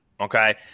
okay